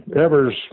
Evers